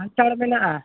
ᱠᱷᱟᱱᱴᱟᱲ ᱢᱮᱱᱟᱜᱼᱟ